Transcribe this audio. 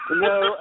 No